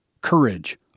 Courage